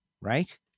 Right